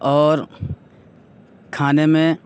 اور کھانے میں